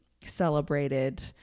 celebrated